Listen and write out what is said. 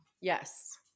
Yes